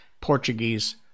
Portuguese